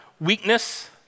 weakness